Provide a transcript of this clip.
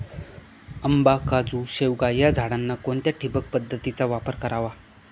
आंबा, काजू, शेवगा या झाडांना कोणत्या ठिबक पद्धतीचा वापर करावा?